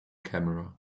camera